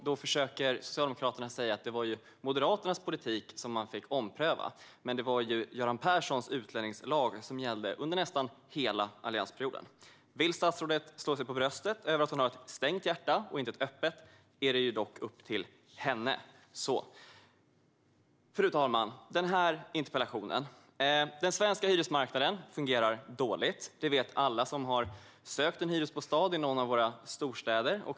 Då försökte Socialdemokraterna säga att det var Moderaternas politik som de fick ompröva. Men det var Göran Perssons utlänningslag som gällde under nästan hela alliansperioden. Vill statsrådet slå sig för bröstet över att hon har ett stängt hjärta och inte ett öppet är det dock upp till henne. Fru talman! Nu ska jag tala om denna interpellation. Den svenska hyresmarknaden fungerar dåligt. Det vet alla som har sökt en hyresbostad i någon av våra storstäder.